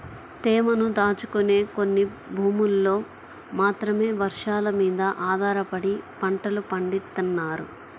తేమను దాచుకునే కొన్ని భూముల్లో మాత్రమే వర్షాలమీద ఆధారపడి పంటలు పండిత్తన్నారు